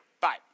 bye